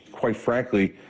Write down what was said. quite frankly,